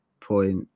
point